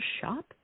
shop